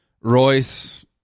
Royce